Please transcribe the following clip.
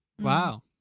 wow